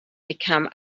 become